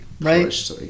right